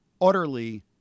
utterly